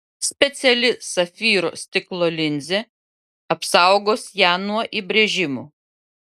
speciali safyro stiklo linzė apsaugos ją nuo įbrėžimų